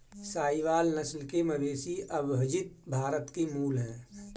साहीवाल नस्ल के मवेशी अविभजित भारत के मूल हैं